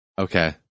Okay